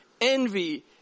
envy